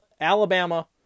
Alabama